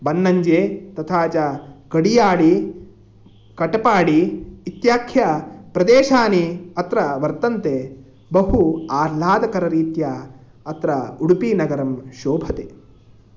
बन्नञ्जे तथा च कडियाडि कटपाडि इत्याख्य प्रदेशानि अत्र वर्तन्ते बहु आह्लादकररीत्या अत्र उडुपिनगरं शोभते